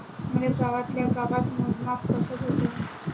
मले गावातल्या गावात मोजमाप कस भेटन?